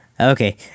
Okay